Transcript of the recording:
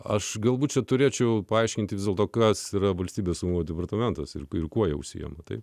aš galbūt turėčiau paaiškinti vis dėlto kas yra valstybės saugumo departamentas ir kuo užsiima tai